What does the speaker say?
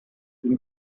been